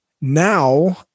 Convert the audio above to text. Now